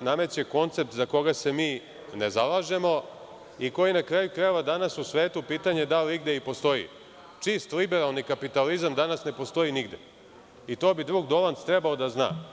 nameće koncept za koji se mi ne zalažemo i koji na kraju krajeva, danas u svetu pitanje da li igde i postoji, čist liberalni kapitalizam danas ne postoji nigde i to bi drug Dolanc trebao da zna.